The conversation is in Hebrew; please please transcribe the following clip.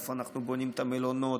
איפה אנחנו בונים את המלונות,